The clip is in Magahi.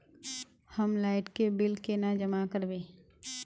हम लाइट के बिल केना जमा करबे?